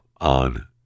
on